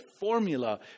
formula